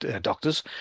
doctors